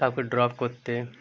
কাউকে ড্রপ করতে